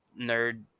nerd